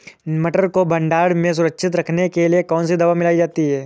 मटर को भंडारण में सुरक्षित रखने के लिए कौन सी दवा मिलाई जाती है?